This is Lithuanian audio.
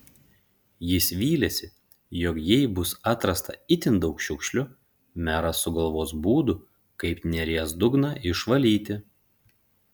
jis vylėsi jog jei bus atrasta itin daug šiukšlių meras sugalvos būdų kaip neries dugną išvalyti